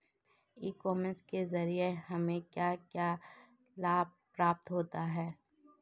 ई commerce के ज़रिए हमें क्या क्या लाभ प्राप्त होता है?